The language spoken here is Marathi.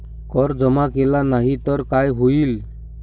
कर जमा केला नाही तर काय होईल?